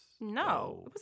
No